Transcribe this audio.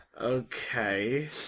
Okay